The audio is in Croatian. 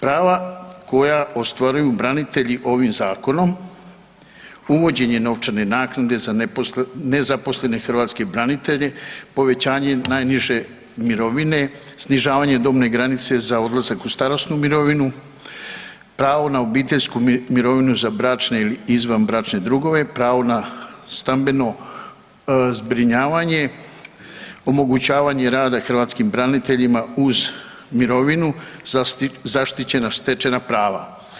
Prava koja ostvaruju branitelji ovim zakonom, uvođenje novčane naknade za nezaposlene hrvatske branitelje, povećanje najniže mirovine, snižavanje dobne granice za odlazak u starosnu mirovinu, pravo na obiteljsku mirovinu za bračne ili izvanbračne drugove, pravo na stambeno zbrinjavanje, omogućavanje rada hrvatskim braniteljima uz mirovinu, zaštićena stečena prava.